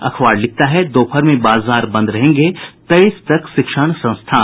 अखबार लिखता है दोपहर में बाजार बंद रहेंगे तेईस तक शिक्षण संस्थान